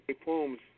poems